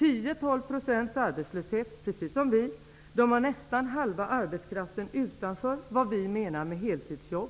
England har 10--12 % arbetslöshet, precis som vi. England har nästan halva arbetskraften utanför vad vi menar med vanliga heltidsjobb.